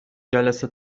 جلسه